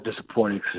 disappointing